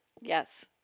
Yes